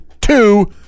two